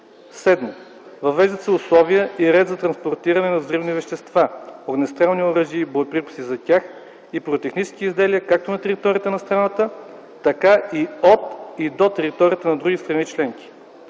7. въвеждат се условия и ред за транспортиране на взривни вещества, огнестрелни оръжия и боеприпаси за тях и пиротехнически изделия както на територията на страната, така и от и до територията на други страни членки;